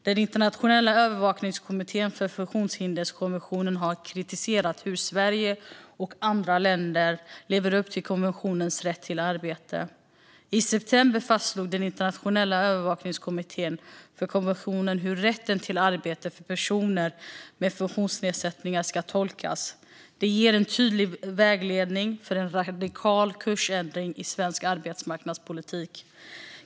Den internationella övervakningskommittén för funktionshinderkonventionen har kritiserat hur Sverige och andra länder lever upp till konventionens krav om rätt till arbete. I september fastslog den internationella övervakningskommittén för konventionen hur rätten till arbete för personer med funktionsnedsättningar ska tolkas. Den ger en tydlig vägledning för en radikal kursändring i svensk arbetsmarknadspolitik.